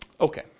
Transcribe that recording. Okay